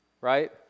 right